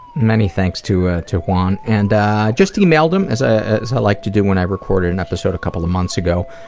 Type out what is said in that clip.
many thanks to ah to juan and just emailed him as ah as i like to do when i record an episode a couple of months ago,